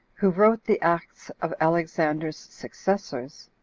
who wrote the acts of alexander's successors,